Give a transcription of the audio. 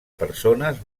persones